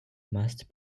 must